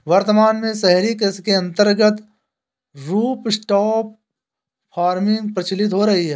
वर्तमान में शहरी कृषि के अंतर्गत रूफटॉप फार्मिंग प्रचलित हो रही है